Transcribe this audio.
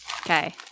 Okay